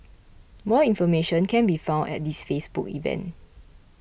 more information can be found at this Facebook event